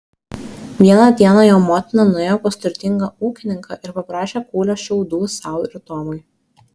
vieną dieną jo motina nuėjo pas turtingą ūkininką ir paprašė kūlio šiaudų sau ir tomui